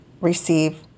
receive